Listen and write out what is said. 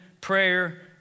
prayer